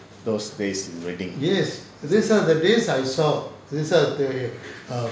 those days wedding